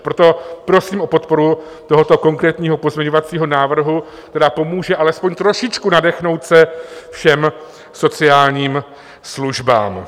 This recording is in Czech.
Proto prosím o podporu tohoto konkrétního pozměňovacího návrhu, který pomůže alespoň trošičku nadechnout se všem sociálním službám.